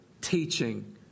teaching